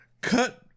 cut